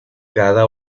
cada